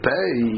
Pay